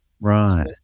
Right